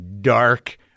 dark